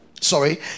Sorry